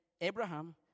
Abraham